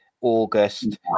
August